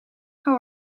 how